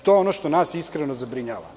To je ono što nas iskreno zabrinjava.